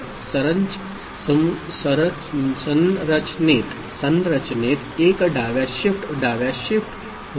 तर संरचनेत एक डाव्या शिफ्ट डाव्या शिफ्ट होत असतात